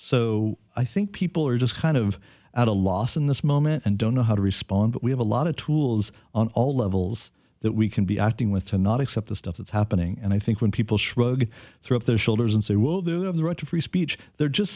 so i think people are just kind of out a loss in this moment and don't know how to respond but we have a lot of tools on all levels that we can be acting with to not accept the stuff that's happening and i think when people shrug throw up their shoulders and say well do have the right to free speech they're just